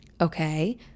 okay